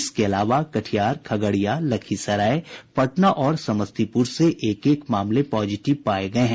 इसके अलावा कटिहार खगड़िया लखीसराय पटना और समस्तीपुर से एक एक मामले पॉजिटिव पाये गये हैं